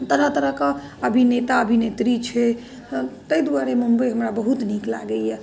तरह तरह कऽ अभिनेता अभिनेत्री छै ताहि दुआरे मुम्बइ हमरा बहुत नीक लागैया